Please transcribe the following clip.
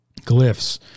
glyphs